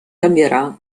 canviarà